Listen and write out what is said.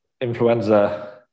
influenza